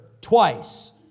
twice